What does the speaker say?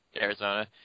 Arizona